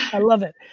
i love it.